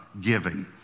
giving